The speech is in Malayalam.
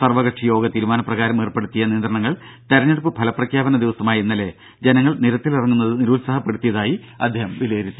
സർവകക്ഷിയോഗ തീരുമാന പ്രകാരം ഏർപ്പെടുത്തിയ നിയന്ത്രണങ്ങൾ തെരഞ്ഞെടുപ്പ് ഫലപ്രഖ്യാപന ദിവസമായ നിരത്തിലിറങ്ങുന്നത് ഇന്നലെ ജനങ്ങൾ നിരുത്സാഹപ്പെടുത്തിയതായി അദ്ദേഹം വിലയിരുത്തി